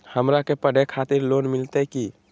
हमरा के पढ़े के खातिर लोन मिलते की?